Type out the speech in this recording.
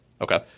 Okay